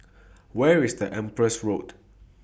Where IS The Empress Road